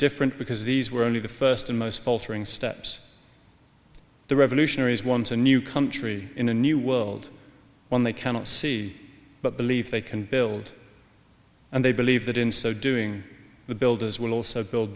different because these were only the first and most faltering steps the revolutionaries want a new country in a new world one they cannot see but believe they can build and they believe that in so doing the builders will also build